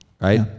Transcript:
right